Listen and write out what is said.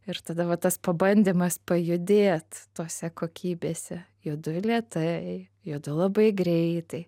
ir tada va tas pabandymas pajudėt tose kokybėse judu lėtai juda labai greitai